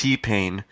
T-Pain